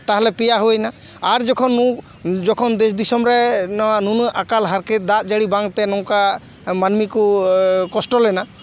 ᱛᱟᱦᱞᱮ ᱯᱮᱭᱟ ᱦᱩᱭᱱᱟ ᱟᱨ ᱡᱚᱠᱷᱚᱱ ᱫᱮᱥ ᱫᱤᱥᱳᱢ ᱨᱮ ᱱᱩᱱᱟᱹᱜ ᱟᱠᱟᱞ ᱦᱟᱨᱠᱮᱛ ᱫᱟᱜ ᱡᱟᱹᱲᱤ ᱵᱟᱝᱛᱮ ᱱᱚᱝᱠᱟ ᱢᱟᱹᱱᱢᱤ ᱠᱚ ᱠᱚᱥᱴᱚ ᱞᱮᱱᱟ